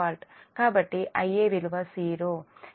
కాబట్టి Ia విలువ 0